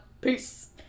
Peace